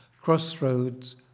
Crossroads